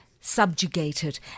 subjugated